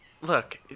Look